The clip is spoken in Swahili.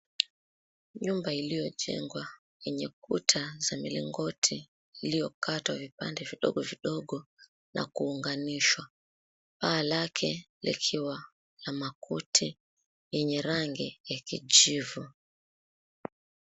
Nyumba iliyojengwa, yenye kuta za milingoti iliyokatwa vipande vidogovidogo na kuunganishwa. Paa lake likiwa la makuti yenye rangi ya kijivu.